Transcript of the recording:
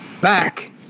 back